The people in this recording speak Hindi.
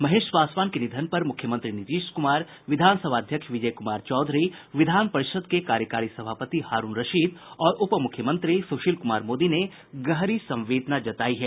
महेश पासवान के निधन पर मुख्यमंत्री नीतीश कुमार विधानसभा अध्यक्ष विजय कुमार चौधरी विधान परिषद् के कार्यकारी सभापति हारूण रशीद और उप मुख्यमंत्री सुशील कुमार मोदी ने गहरी संवेदना जतायी है